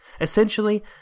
Essentially